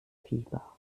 fieber